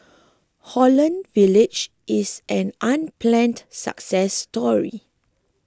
Holland Village is an unplanned success story